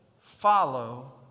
follow